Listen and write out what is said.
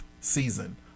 season